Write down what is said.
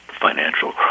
financial